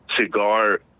cigar